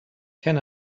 can